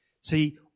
See